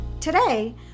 Today